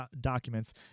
documents